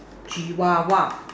chihuahua